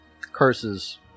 curses